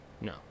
No